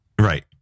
Right